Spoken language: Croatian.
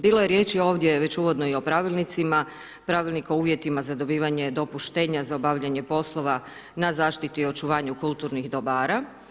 Bilo je riječi ovdje već i uvodno i o pravilnicima, pravilnika o uvjetima za dobivanje dopuštenja za obavljanje poslova na zaštiti i očuvanju kulturnih dobara.